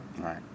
right